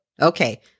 Okay